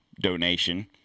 donation